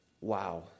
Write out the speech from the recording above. wow